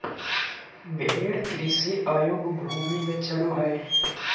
भेड़ कृषि अयोग्य भूमि में चरो हइ